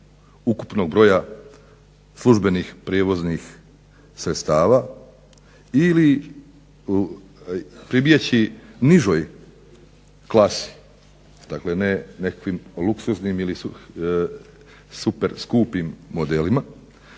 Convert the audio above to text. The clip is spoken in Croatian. ukupnog broja službenih prijevoznih sredstava ili pribjeći nižoj klasi, dakle ne nekakvim luksuznim ili super skupim modelima,